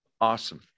Awesome